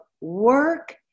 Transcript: work